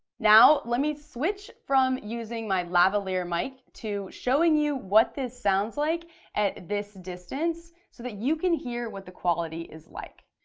now let me switch from using my lavalier mic to showing you what this sounds like at this distance so that you can hear what the quality is like.